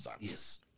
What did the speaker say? Yes